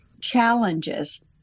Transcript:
challenges